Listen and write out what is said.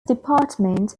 department